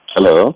Hello